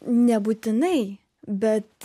nebūtinai bet